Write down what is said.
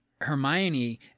Hermione